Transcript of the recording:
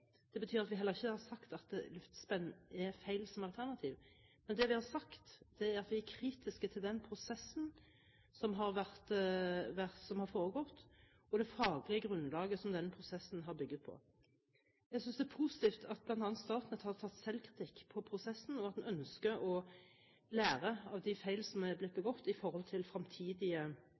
Det betyr at vi heller ikke har sagt at luftspenn er feil som alternativ. Men det vi har sagt, er at vi er kritiske til den prosessen som har foregått og det faglige grunnlaget som denne prosessen har bygget på. Jeg synes det er positivt at bl.a. Statnett har tatt selvkritikk på prosessen, og at en ønsker å lære av de feil som har blitt begått